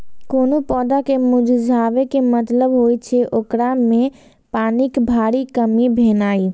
कोनो पौधा के मुरझाबै के मतलब होइ छै, ओकरा मे पानिक भारी कमी भेनाइ